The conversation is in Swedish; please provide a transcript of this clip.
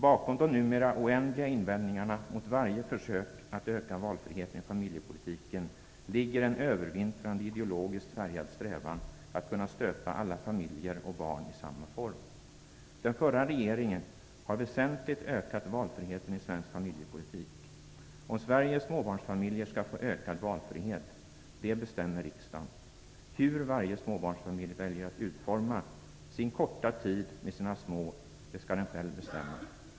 Bakom de numera oändliga invändningarna mot varje försök att öka valfriheten i familjepolitiken ligger en övervintrande ideologiskt färgad strävan att kunna stöpa alla familjer och barn i samma form. Den förra regeringen har väsentligt ökat valfriheten i svensk familjepolitik. Om Sveriges småbarnsfamiljer skall få ökad valfrihet - det bestämmer riksdagen. Hur varje småbarnsfamilj väljer att utforma sin korta tid med sina små - det skall den själv bestämma.